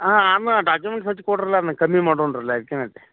ಹಾಂ ಅಮ್ಮ ಡಾಕ್ಯುಮೆಂಟ್ಸ್ ಹಚ್ಚಿ ಕೊಡ್ರಲ್ಲ ನಾ ಕಮ್ಮಿ ಮಾಡುಂಡ್ರಲ್ಲೆ ಅದ್ಕೆನಂತೆ